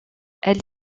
elle